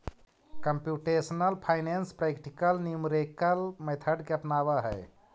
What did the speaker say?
computational finance practical numerical method के अपनावऽ हई